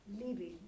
living